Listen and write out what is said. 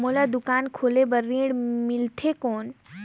मोला दुकान खोले बार ऋण मिलथे कौन?